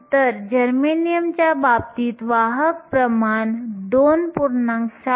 तर जर्मेनियमच्या बाबतीत वाहक प्रमाण 2